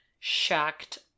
shocked